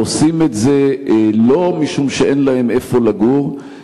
ועושים את זה לא משום שאין להם איפה לגור,